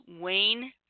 Wayne